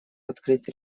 открыть